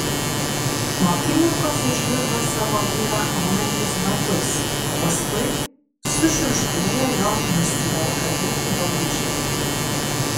po akimirkos išgirdo savo vyrą aunantis batus o paskui sušiugždėjo jo nusivelkami drabužiai